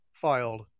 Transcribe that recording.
filed